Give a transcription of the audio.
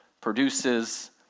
produces